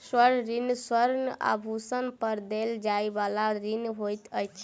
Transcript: स्वर्ण ऋण स्वर्ण आभूषण पर देल जाइ बला ऋण होइत अछि